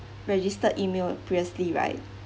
registered email previously right